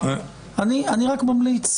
אני רק ממליץ